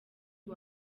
uyu